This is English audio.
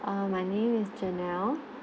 ah my name is janelle